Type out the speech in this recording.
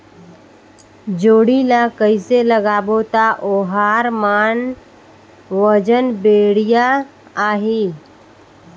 जोणी ला कइसे लगाबो ता ओहार मान वजन बेडिया आही?